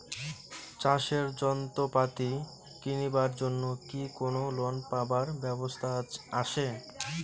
চাষের যন্ত্রপাতি কিনিবার জন্য কি কোনো লোন পাবার ব্যবস্থা আসে?